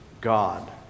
God